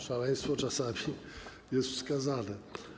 Szaleństwo czasami jest wskazane.